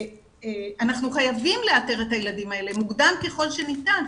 אנחנו חייבים לאתר את הילדים האלה מוקדם ככל שניתן,